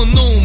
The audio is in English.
no